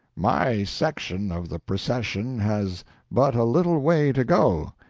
my section of the procession has but a little way to go,